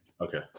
Okay